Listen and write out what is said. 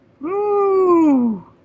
Woo